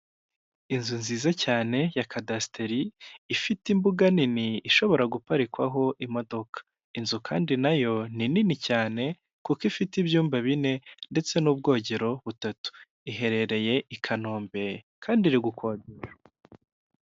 Inzu nziza cyane ya cadasiteri, ifite imbuga nini ishobora guparikwaho imodoka, inzu kandi nayo ni nini cyane kuko ifite ibyumba bine ndetse n'ubwogero butatu, iherereye i Kanombe kandi iri gukora.